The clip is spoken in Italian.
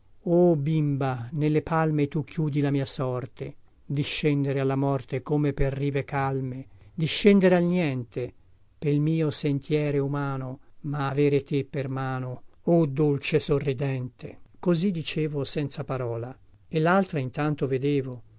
o bimba nelle palme tu chiudi la mia sorte discendere alla morte come per rive calme discendere al niente pel mio sentiero umano ma avere te per mano o dolcesorridente così dicevo senza parola e laltra intanto vedevo